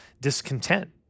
discontent